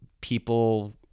people